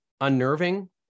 unnerving